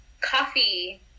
coffee